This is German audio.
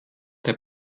der